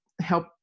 help